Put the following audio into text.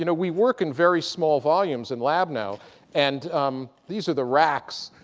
you know we work in very small volumes in lab now and these are the racks.